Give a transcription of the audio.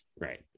Right